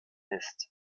ist